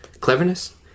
cleverness